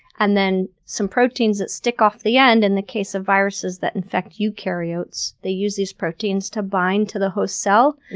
and then some proteins that stick off the end in the case of viruses that infect eukaryotes. they use these proteins to bind to the host cell,